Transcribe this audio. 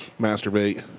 Masturbate